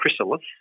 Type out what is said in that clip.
chrysalis